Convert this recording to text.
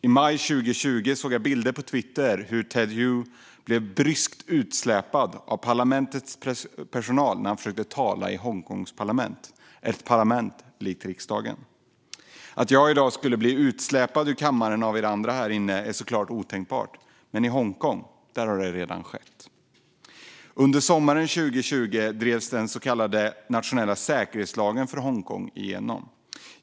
I maj 2020 såg jag på Twitter bilder hur Ted Hui blev bryskt utsläpad av parlamentets personal när han försökte tala i Hongkongs parlament, ett parlament likt riksdagen. Att jag i dag skulle bli utsläpad ur kammaren av er andra här inne är såklart otänkbart, men i Hongkong har det redan skett. Under sommaren 2020 drevs den så kallade nationella säkerhetslagen för Hongkong igenom.